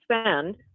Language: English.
spend